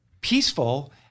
peaceful